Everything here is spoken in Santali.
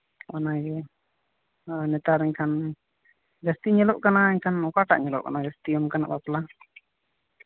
ᱚᱱᱟᱜᱮ ᱱᱮᱛᱟᱨ ᱮᱱᱠᱷᱟᱱ ᱡᱟᱹᱥᱛᱤ ᱧᱮᱞᱚᱜ ᱠᱟᱱᱟ ᱮᱱᱠᱷᱟᱱ ᱚᱠᱟᱴᱟᱜ ᱧᱮᱞᱚᱜ ᱠᱟᱱᱟ ᱡᱟᱹᱥᱛᱤ ᱚᱱᱠᱟᱱᱟᱜ ᱵᱟᱯᱞᱟ